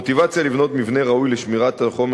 המוטיבציה לבנות מבנה ראוי לשמירת החומר